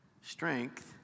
strength